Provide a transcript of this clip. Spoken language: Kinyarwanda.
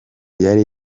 yari